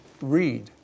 read